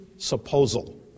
Supposal